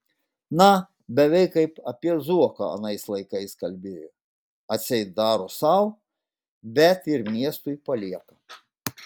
na beveik kaip apie zuoką anais laikais kalbėjo atseit daro sau bet ir miestui palieka